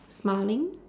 smiling